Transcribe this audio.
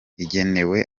igenewe